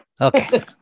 okay